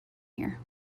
here